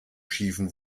schiefen